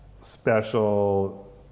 special